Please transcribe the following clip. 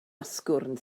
asgwrn